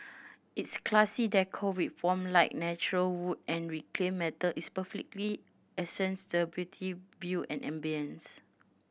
its classy decor with warm light natural wood and reclaimed metal is perfectly accents the beautiful view and ambience